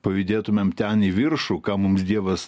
pajudėtumėm ten į viršų ką mums dievas